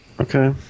Okay